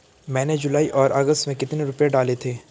मैंने जुलाई और अगस्त में कितने रुपये डाले थे?